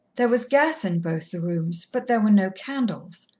there was gas in both the rooms, but there were no candles.